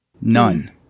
none